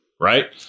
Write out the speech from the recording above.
right